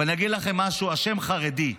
ואני אגיד לכם משהו, השם "חרדי",